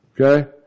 okay